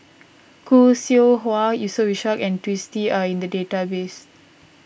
Khoo Seow Hwa Yusof Ishak and Twisstii are in the database